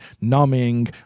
numbing